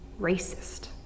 racist